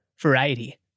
variety